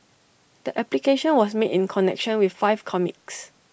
the application was made in connection with five comics